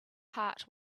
heart